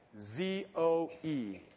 Z-O-E